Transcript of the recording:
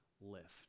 lift